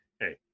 hey